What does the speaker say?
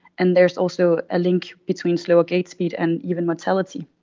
and there's also a link between slower gait speed and even mortality.